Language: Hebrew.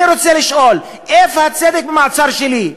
אני רוצה לשאול: איפה הצדק במעצר שלי?